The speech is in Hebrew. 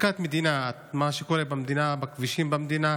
מכת מדינה, מה שקורה במדינה, בכבישים במדינה.